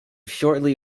shortly